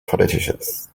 politicians